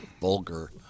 Vulgar